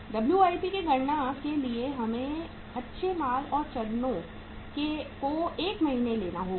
WIP WIP की गणना के लिए हमें कच्चे माल और चरणों को 1 महीने लेना होगा